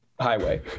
highway